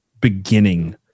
beginning